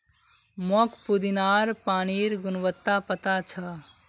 मोक पुदीनार पानिर गुणवत्ता पता छ